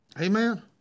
Amen